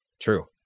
True